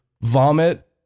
vomit